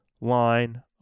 line